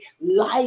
life